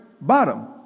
bottom